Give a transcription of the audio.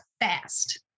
fast